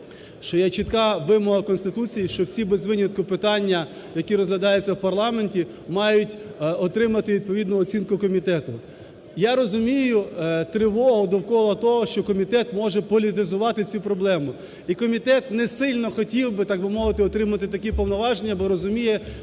що є чітка вимога Конституції, що всі без винятку питання, які розглядаються в парламенті мають отримати відповідну оцінку комітету. Я розумію тривогу довкола того, що комітет може політизувати цю проблему, і комітет не сильно хотів би, так би мовити, отримати такі повноваження, бо розуміє,